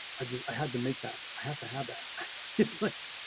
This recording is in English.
i just, i had to make that i have to have that it's look